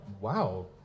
wow